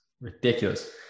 ridiculous